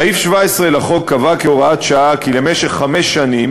סעיף 17 לחוק קבע כהוראת שעה כי למשך חמש שנים